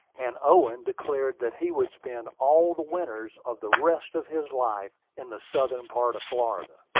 and owen declared that he would spend all the winters of the rest of his life in the southern part of florida.